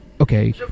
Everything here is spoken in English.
okay